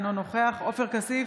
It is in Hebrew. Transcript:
אינו נוכח עופר כסיף,